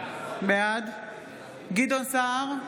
בעד גדעון סער,